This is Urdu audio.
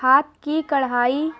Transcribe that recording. ہاتھ کی کڑھائی